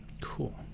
Cool